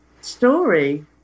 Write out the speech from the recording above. story